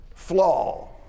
flaw